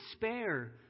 despair